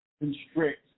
constrict